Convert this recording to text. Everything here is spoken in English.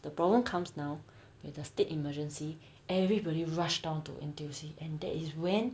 the problem comes now the state emergency everybody rushed down to N_T_U_C and that is when